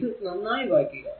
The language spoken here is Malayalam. ഇത് നന്നായി വായിക്കുക